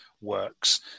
works